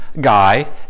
guy